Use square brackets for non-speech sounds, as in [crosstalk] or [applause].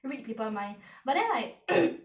read people mind but then like [coughs]